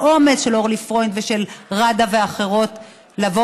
האומץ של אורלי פרוינד ושל ראדה ואחרות לבוא